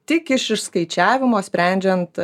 tik iš išskaičiavimo sprendžiant